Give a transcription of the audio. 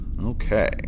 Okay